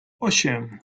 osiem